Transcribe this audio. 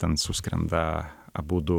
ten suskrenda abudu